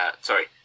Sorry